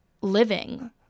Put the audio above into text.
living